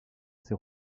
ses